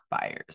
buyers